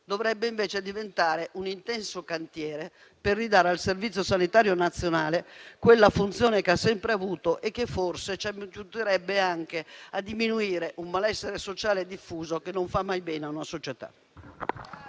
Dovrebbero invece diventare un intenso cantiere per ridare al Servizio sanitario nazionale quella funzione che ha sempre avuto e che, forse, ci aiuterebbe anche a diminuire un malessere sociale diffuso che non fa mai bene a una società.